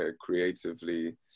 creatively